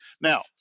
Now